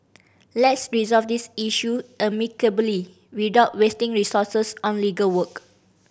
let's resolve this issue amicably without wasting resources on legal work